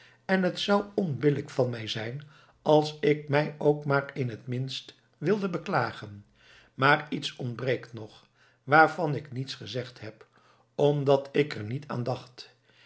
en het zou onbillijk van mij zijn als ik mij ook maar in het minst wilde beklagen maar iets ontbreekt nog waarvan ik niets gezegd heb omdat ik er niet